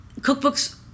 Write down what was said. cookbooks